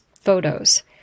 photos